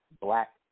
black